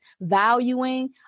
valuing